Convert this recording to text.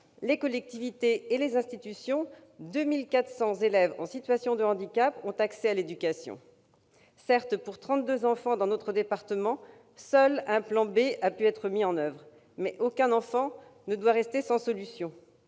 les collectivités et les institutions, quelque 2 400 élèves en situation de handicap ont accès à l'éducation. Certes, pour 32 enfants de notre département, seul un plan B a pu être mis en oeuvre, aucun enfant ne devant rester sans accueil.